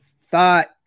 thought